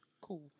Cool